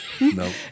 no